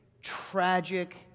tragic